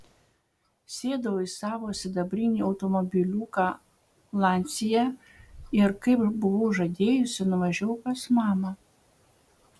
sėdau į savo sidabrinį automobiliuką lancia ir kaip buvau žadėjusi nuvažiavau pas mamą